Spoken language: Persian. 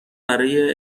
برای